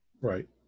Right